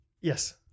Yes